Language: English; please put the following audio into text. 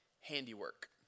handiwork